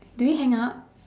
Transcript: do we hang up